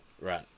right